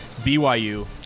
BYU